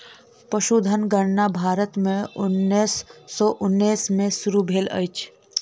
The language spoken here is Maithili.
पशुधन गणना भारत में उन्नैस सौ उन्नैस में शुरू भेल अछि